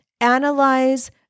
analyze